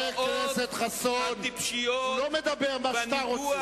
חבר הכנסת חסון, הוא לא מדבר מה שאתה רוצה.